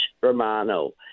Romano